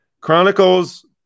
Chronicles